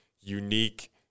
unique